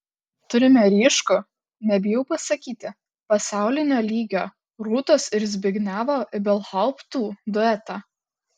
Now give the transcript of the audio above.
turime ryškų nebijau pasakyti pasaulinio lygio rūtos ir zbignevo ibelhauptų duetą